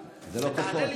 סתם.